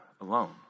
alone